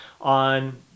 on